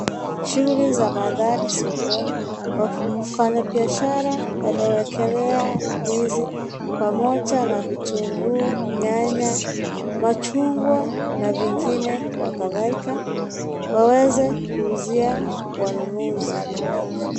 Shughuli za madhari sokoni wafanyabiashara wamewekelea ndizi pamoja na vitunguu, nyanya machungwa na vingine kwa kadhalika waweze kuuzia wanunuzi .